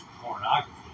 pornography